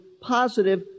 positive